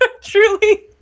Truly